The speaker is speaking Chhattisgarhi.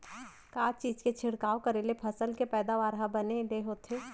का चीज के छिड़काव करें ले फसल के पैदावार ह बने ले होथे?